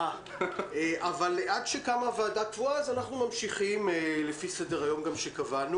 עד שתקום ועדה קבועה אנחנו ממשיכים לפי סדר היום שקבענו.